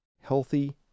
healthy